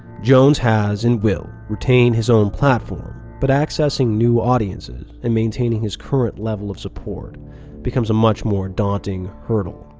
jones has and will retain his own platform, but accessing new audiences and maintaining his current level of support becomes a much more daunting hurdle,